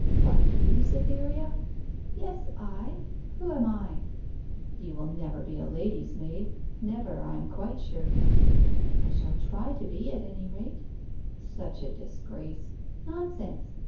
but you, cytherea yes, i who am i you will never be a lady's-maid never, i am quite sure i shall try to be, at any rate such a disgrace nonsense!